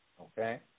Okay